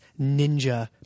ninja